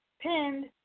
pinned